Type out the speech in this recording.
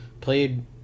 played